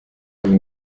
amazi